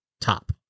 top